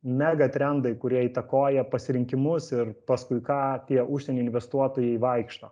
mega trendai kurie įtakoja pasirinkimus ir paskui ką tie užsienio investuotojai vaikšto